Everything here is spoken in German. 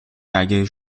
geige